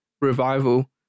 revival